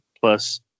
Plus